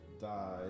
Die